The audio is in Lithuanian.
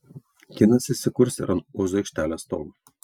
kinas įsikurs ir ant ozo aikštelės stogo